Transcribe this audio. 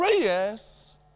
prayers